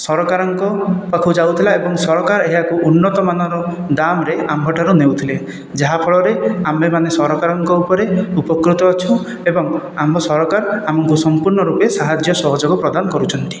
ସରକାରଙ୍କ ପାଖକୁ ଯାଉଥିଲା ଏବଂ ସରକାର ଏହାକୁ ଉନ୍ନତମାନର ଦାମ୍ରେ ଆମ୍ଭଠାରୁ ନେଉଥିଲେ ଯାହାଫଳରେ ଆମ୍ଭେମାନେ ସରକାରଙ୍କ ଉପରେ ଉପକୃତ ଅଛୁ ଏବଂ ଆମ୍ଭ ସରକାର ଆମକୁ ସମ୍ପୂର୍ଣ୍ଣ ରୂପେ ସାହାଯ୍ୟ ସହଯୋଗ ପ୍ରଦାନ କରୁଛନ୍ତି